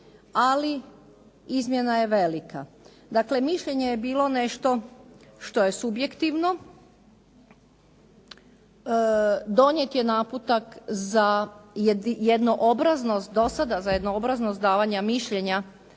ali izmjena je velika. Dakle, mišljenje je bilo nešto što je subjektivno, donijet je naputak do sada za jednoobraznost davanja mišljenja